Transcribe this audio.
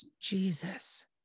Jesus